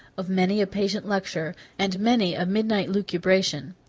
of many a patient lecture, and many a midnight lucubration.